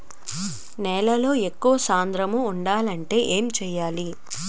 నేలలో ఎక్కువ సాంద్రము వుండాలి అంటే ఏంటి చేయాలి?